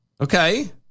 Okay